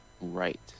right